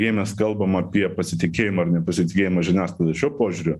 jei mes kalbam apie pasitikėjimą ar nepasitikėjima žiniasklaida šiuo požiūriu